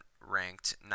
ranked